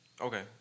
Okay